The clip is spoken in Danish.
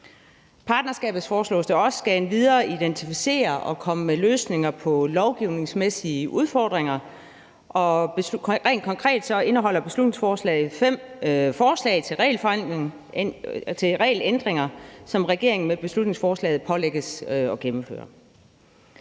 partnerskabet endvidere skal identificere og komme med løsninger på lovgivningsmæssige udfordringer, og helt konkret indeholder beslutningsforslaget fem forslag til regelændringer, som regeringen med beslutningsforslaget pålægges at gennemføre.